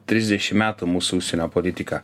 trisdešim metų mūsų užsienio politiką